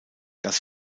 das